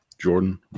Jordan